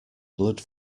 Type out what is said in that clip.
blood